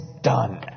done